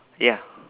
ya